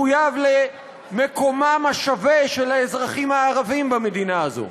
מחויב למקומם השווה של האזרחים הערבים במדינה הזו,